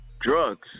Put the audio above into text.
Drugs